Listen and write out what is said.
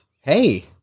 Hey